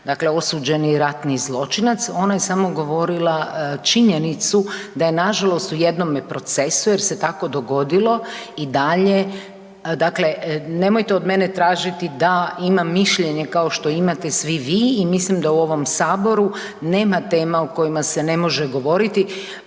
dakle osuđeni ratni zločinac. Ona je samo govorila činjenicu da je nažalost u jednome procesu jer se tako dogodilo i dalje, dakle nemojte od mene tražiti da imam mišljenje kao što imate svi vi i mislim da u ovom saboru nema tema o kojima se ne može govoriti,